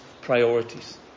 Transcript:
priorities